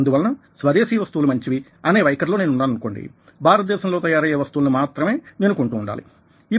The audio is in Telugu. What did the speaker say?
అందువలన స్వదేశీ వస్తువులు మంచివి అనే వైఖరిలో నేను వున్నానుకోండి భారతదేశం లో తయారయ్యే వస్తువులని మాత్రమే నేను కొంటూ వుండాలి